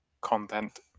content